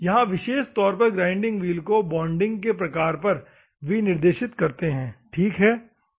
यहाँ विशेष तौर पर ग्राइंडिंग व्हील को बॉन्डिंग के प्रकार पर विनिर्देशित करते हैं ठीक है